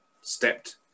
stepped